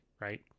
right